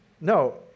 No